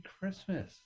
Christmas